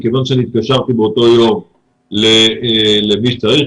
מכיוון שאני התקשרתי באותו יום למי שצריך,